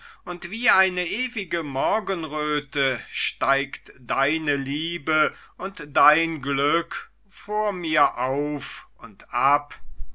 und wie eine ewige morgenröte steigt deine liebe und dein glück vor mir auf und ab